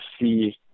see